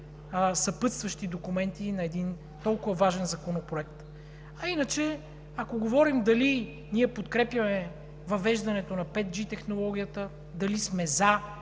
съпътстващи документи на един толкова важен Законопроект. Иначе, ако говорим дали ние подкрепяме въвеждането на 5G технологията, дали сме „за“